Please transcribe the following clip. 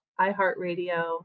iheartradio